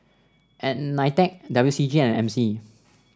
Nitec W C G and M C